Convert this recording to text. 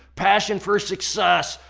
passion for success,